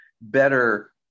better